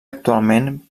actualment